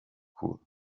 cool